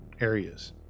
areas